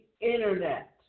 Internet